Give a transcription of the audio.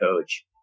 coach